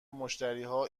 مشتریها